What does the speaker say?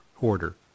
order